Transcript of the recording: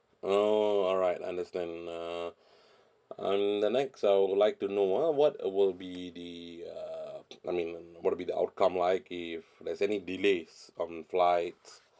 oh alright understand uh and the next I would like to know ah what will be the uh I mean what'll be the outcome like if there's any delays on flights